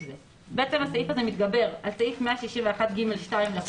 זה." הסעיף הזה מתגבר על סעיף 161(ג)(2) לחוק,